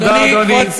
תודה, אדוני.